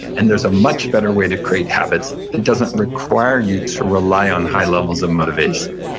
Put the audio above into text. and there's a much better way to create habits that doesn't require you to rely on high levels of motivation.